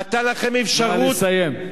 נא לסיים.